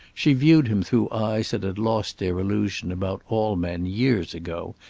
she viewed him through eyes that had lost their illusion about all men years ago,